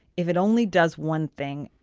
if it only does one thing,